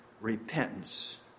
repentance